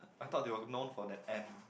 I thought they were known for that M